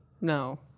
No